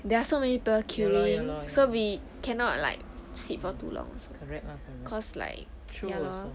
there are so many people queueing so we cannot like sit for too long so cause like ya lor